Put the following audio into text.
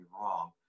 wrong